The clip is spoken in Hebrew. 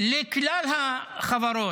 לכלל החברות,